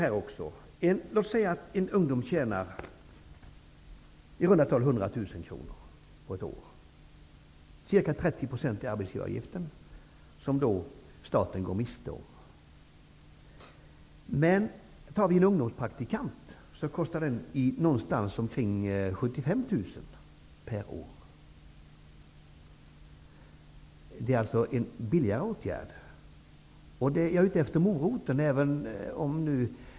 Låt oss säga att en ung människa tjänar i runda tal 100 000 kr på ett år. Arbetsgivaravgiften är ca 30 %, som staten då går miste om. En ungdomspraktikant kostar någonstans omkring 75 000 kr per år. Det är alltså så att säga en billigare åtgärd. Jag är ute efter moroten.